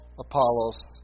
Apollos